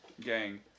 gang